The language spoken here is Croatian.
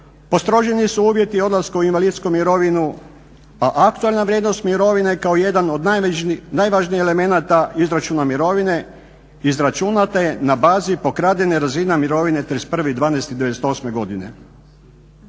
postroženi su uvjeti odlaska u invalidsku mirovinu a aktualna vrijednost mirovine kao jedan od najvažnijih elemenata izračuna mirovine izračunata je na bazi pokradene razine mirovine 31.12.98.